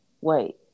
wait